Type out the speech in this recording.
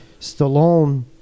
Stallone